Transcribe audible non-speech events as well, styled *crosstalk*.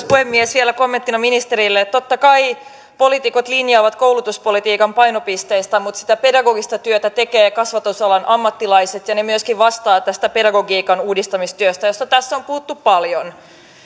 *unintelligible* puhemies vielä kommenttina ministerille totta kai poliitikot linjaavat koulutuspolitiikan painopisteitä mutta sitä pedagogista työtä tekevät kasvatusalan ammattilaiset ja he myöskin vastaavat tästä pedagogiikan uudistamistyöstä josta tässä on puhuttu paljon